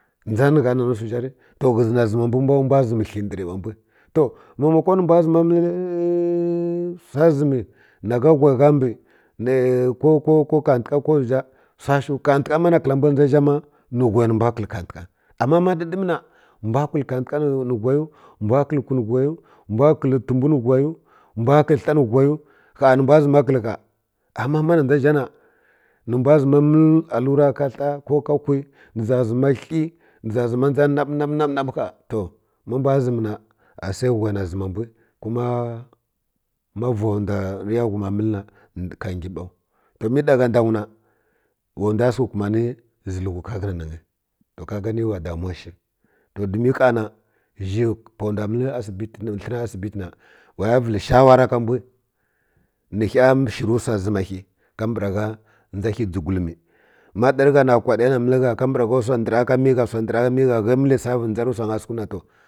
Dʒa ni gha mi rə wsi zha rə to ghə zi na zəm mbw mbw zəm hi ndari ba mbw to maimako ni mbw zəma wsa zəmi ka whai gha msi nə ko ka katəka ko wsi zha sa shiw katəka na khəa mbw na dʒa zha ni chhai ni mbw khal kafəka amma ma ɗiɗəm na mbw khal kantəka ni whai mbw khal bəmbwi ni gh whai mbw khal ha ni whai gha nə mbw zəma khal ha amma ma na dʒa zha na ni mbw nə mbw zəma məl alura ka ha ko ka g kwi ni za zəma hə ni e za zəma dʒa nab nab a ha to ma mbw zəm na asai whai na ʒama mbw kunja ma va ndw rə yanghum məl na ka ngə baw to mə ni gha ndaw na wa ndw səkə kumani zilhwi ka ghə na nangə ka gani wa damuwa shi domin ha na zhi pa ndw məl hə na asibi tə na wa və shawara ka mbw nə ghə shiri wsa zəm ghə kabraha dʒa ghə dʒigulmi ma ɗar gha kwaɗagi na məl gha kabra gha wsa ndəri mi gha wsa ndar mi gha ghə məl lisafi dʒa rə wsangə səkə na to